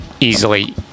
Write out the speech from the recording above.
easily